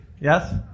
Yes